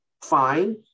fine